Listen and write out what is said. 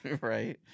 Right